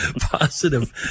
Positive